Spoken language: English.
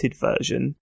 version